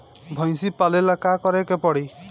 भइसी पालेला का करे के पारी?